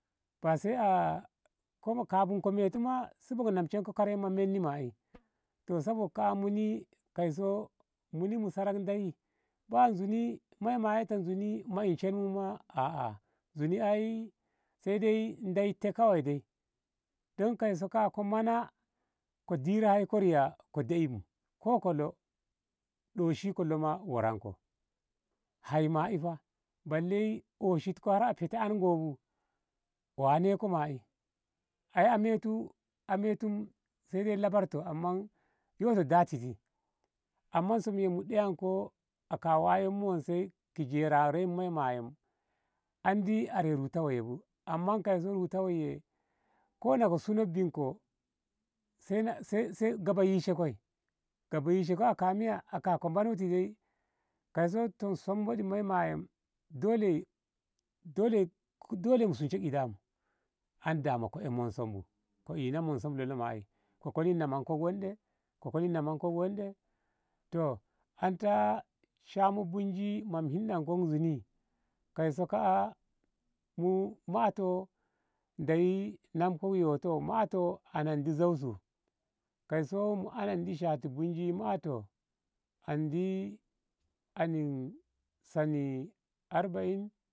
Ba sai a kona kabun ka metu ma si baka nama karai ma menni ma'i sabok ka'a muni kaiso muni mu sarak ndeyi baya zuni mai maye ta zuni ma'inshenmu ma a a zuni ai sai dai daite kawai dai don kaiso ka. a ko mana ko dire hai ko riya ko de i bu ko ka lo ɗoshi ko loma woranko hai ma'i balle oshitko a hete an ngoi bu wane koi ma'i a metu sai dai labarto amma datiti amma som ye mu deyanko aka wayonmu wonse ki jerare maima'e andi are ruta woi bu amma kaiso ruta woi kona ko suno binko sai sai gaba yishe koi gaba yishe koi aka miya ko manoti dai aka sombodi woimaye dole dole mu sunshe ida mu an dama ko e monson bu ko ina monsom ma lolo ko koli ta namanko wonde ko koli namanko wonde toh anta shamu bunje ma mu hindanko zuni kaiso ka. a mato ndeyi namkok yoto mato anandi zau su kaiso mu anan di shati bunji mato andi ani sani arba. in.